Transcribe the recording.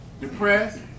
Depressed